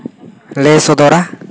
ᱞᱟᱹᱭ ᱥᱚᱫᱚᱨᱟ